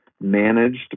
managed